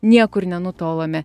niekur nenutolome